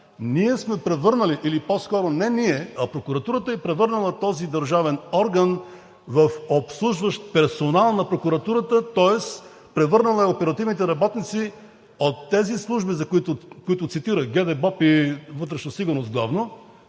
ние сме превърнали, или по-скоро не ние, а прокуратурата е превърнала този държавен орган в обслужващ персонал на прокуратурата, тоест превърнала е оперативните работници от тези служби, които цитирах – ГДБОП и „Вътрешна сигурност“ главно,